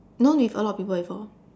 known with a lot of people before